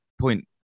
point